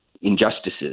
injustices